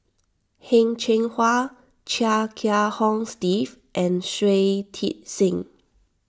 Heng Cheng Hwa Chia Kiah Hong Steve and Shui Tit Sing